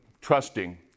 trusting